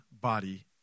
body